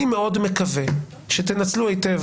אני מאוד מקווה שתנצלו היטב,